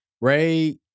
Ray